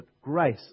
grace